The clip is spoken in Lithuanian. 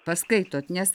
paskaitot nes